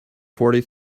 fourty